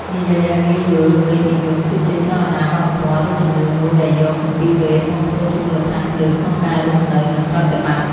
និយាយឱ្យងាយយល់ វេទនិយមគឺជាចលនាវប្បធម៌ ឬជំនឿមួយដែលយក គម្ពីរវេទ មកធ្វើជាមូលដ្ឋានគ្រឹះក្នុងការរស់នៅ និងប្រតិបត្តិ។